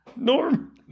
Norm